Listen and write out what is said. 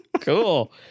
Cool